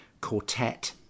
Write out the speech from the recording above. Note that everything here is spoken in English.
quartet